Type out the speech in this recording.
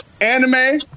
anime